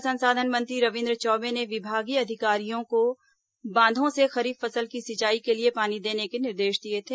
जल संसाधन मंत्री रविन्द्र चौबे ने विभागीय अधिकारियों को बांधों से खरीफ फसल की सिंचाई के लिए पानी देने के निर्देश दिए थे